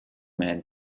man